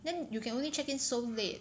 then you can only check in so late